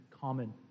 common